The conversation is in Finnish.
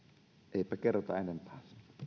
eipä kerrota enempää